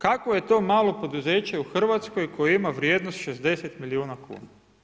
Kakvo je to malo poduzeće u Hrvatskoj koje ima vrijednost 60 milijuna kuna?